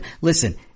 listen